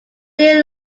day